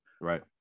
Right